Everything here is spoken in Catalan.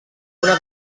una